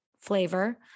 flavor